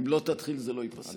אם לא תתחיל זה לא ייפסק.